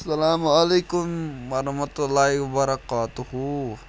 اَسلامُ علیکُم وَرحمتہ اللہ ورکاتہ